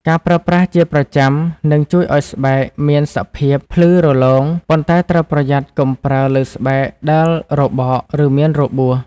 ការប្រើប្រាស់ជាប្រចាំនឹងជួយឲ្យស្បែកមានសភាពភ្លឺរលោង ប៉ុន្តែត្រូវប្រយ័ត្នកុំប្រើលើស្បែកដែលរបក ឬមានរបួស។